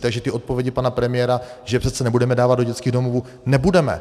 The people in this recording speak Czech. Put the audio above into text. Takže ty odpovědi pana premiéra, že je přece nebudeme dávat do dětských domovů nebudeme.